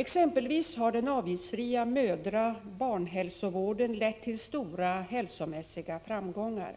Exempelvis har den avgiftsfria mödra-barnhälsovården lett till stora hälsomässiga framgångar.